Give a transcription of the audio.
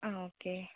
ആ ഓക്കെ